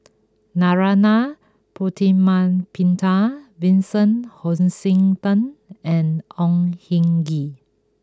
Narana Putumaippittan Vincent Hoisington and Au Hing Yee